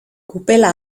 kupela